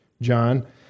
John